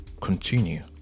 continue